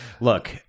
look